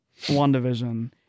WandaVision